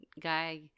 guy